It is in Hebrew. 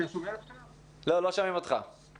הנוהל הוא שמשרד החינוך מגיש את הבקשות לחשבות.